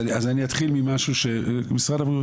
אז אני אתחיל ממשהו, משרד הבריאות,